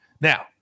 Now